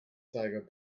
zeiger